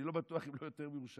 אני לא בטוח אם לא יותר מירושלים.